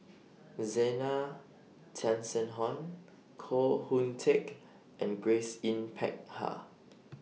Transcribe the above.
Zena Koh Hoon Teck and Grace Yin Peck Ha